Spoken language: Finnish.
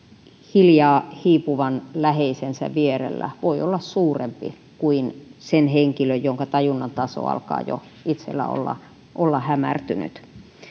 hiljaa hiipuvan läheisensä vierellä voi olla suurempi kuin sen henkilön jonka tajunnan taso alkaa jo olla olla hämärtynyt